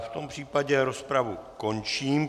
V tom případě rozpravu končím.